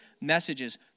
messages